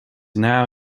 now